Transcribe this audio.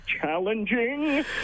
challenging